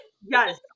Yes